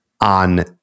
on